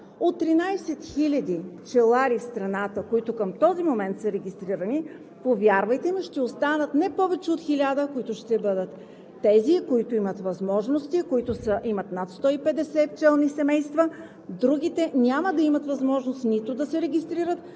от 13 хиляди пчелари в страната, които към този момент са регистрирани, повярвайте ми – ще останат не повече от 1000, които ще бъдат тези, които имат възможности, които имат над 150 пчелни семейства. Другите няма да имат възможност нито да се регистрират,